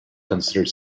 considered